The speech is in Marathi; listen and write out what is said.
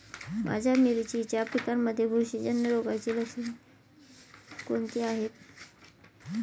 माझ्या मिरचीच्या पिकांमध्ये बुरशीजन्य रोगाची लक्षणे कोणती आहेत?